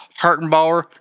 Hartenbauer